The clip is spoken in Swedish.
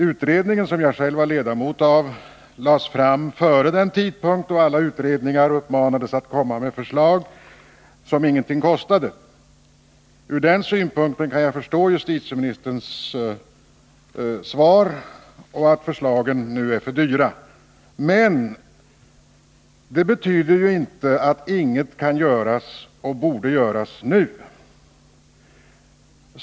Utredningen, som jag själv var ledamot av, lade fram sina förslag före den tidpunkt då alla utredningar uppmanades att komma med förslag som ingenting kostade. Ur den synpunkten kan jag förstå att justitieministern i svaret säger att förslagen nu är för dyra. Men det betyder ju inte att ingenting kan göras eller borde göras nu.